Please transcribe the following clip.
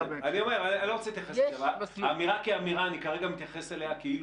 אני אומר, אני לא רוצה להתייחס יותר.